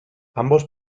ambos